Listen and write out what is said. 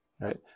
right